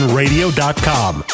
radio.com